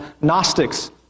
Gnostics